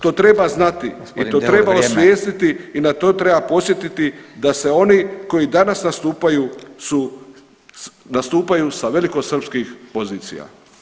To treba znati [[Upadica: G. Deur, vrijeme.]] i to treba osvijestiti i na to treba podsjetiti da se oni koji danas nastupaju su, nastupaju sa velikosrpskih pozicija.